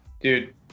Dude